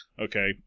Okay